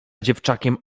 dziewczakiem